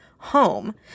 home